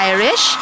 Irish